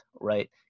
right